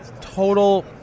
total